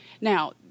Now